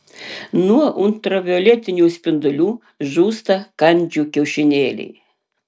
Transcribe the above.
nuo ultravioletinių spindulių žūsta kandžių kiaušinėliai